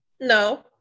no